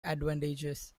advantages